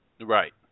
Right